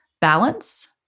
balance